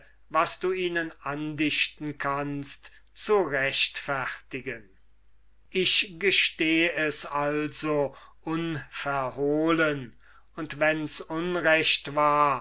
was du ihnen andichten kannst zu rechtfertigen ich gesteh es also unverhohlen und wenn's unrecht war